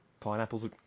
Pineapples